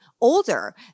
older